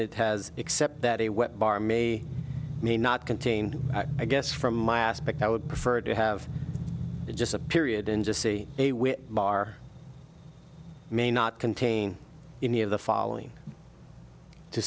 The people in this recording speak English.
it has except that a wet bar may or may not contain i guess from my aspect i would prefer to have just a period and just see a wee bar may not contain any of the following to